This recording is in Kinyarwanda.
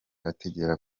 atagera